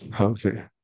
Okay